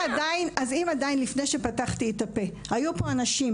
אם עוד לפני שפתחתי את הפה היו אנשים